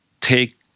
take